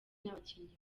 n’abakinnyi